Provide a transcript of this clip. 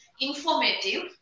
informative